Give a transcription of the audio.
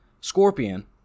Scorpion